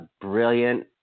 brilliant